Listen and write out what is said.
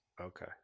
Okay